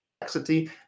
complexity